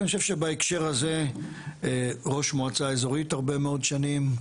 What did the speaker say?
אני חושב שבהקשר הזה ראש מועצה אזורית הרבה מאוד שנים,